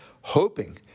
hoping